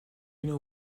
know